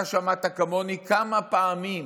אתה שמעת כמוני כמה פעמים